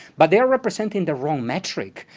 but they are representing the wrong metric,